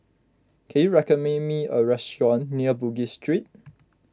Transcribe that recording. can you recommend me a restaurant near Bugis Street